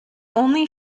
only